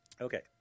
Okay